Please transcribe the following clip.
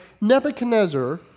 Nebuchadnezzar